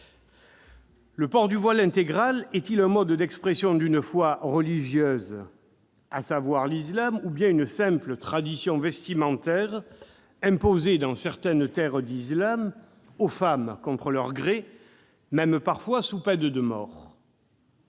Le port du voile intégral est-il un mode d'expression d'une foi religieuse, à savoir l'islam, ou bien une simple tradition vestimentaire imposée, dans certaines terres d'islam, aux femmes contre leur gré, parfois même sous peine de mort ?